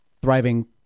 thriving